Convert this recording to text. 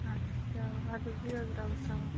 آ چلو اَدٕ حظ بِہِو رۄبس حوالہٕ